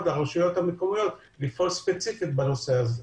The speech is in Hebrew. של הרשויות המקומיות כדי שיוכלו לפעול ספציפי בנושא הזה.